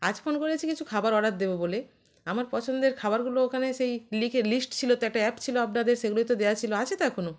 আজ ফোন করেছি কিছু খাবার অর্ডার দেব বলে আমার পছন্দের খাবারগুলো ওখানে সেই লিখে লিস্ট ছিল তো একটা অ্যাপ ছিল আপনাদের সেগুলোতে দেওয়া ছিল আছে তো এখনো